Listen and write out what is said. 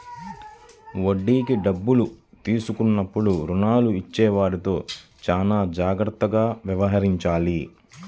వడ్డీకి డబ్బులు తీసుకున్నప్పుడు రుణాలు ఇచ్చేవారితో చానా జాగ్రత్తగా వ్యవహరించాలి